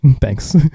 Thanks